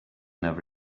never